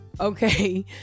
okay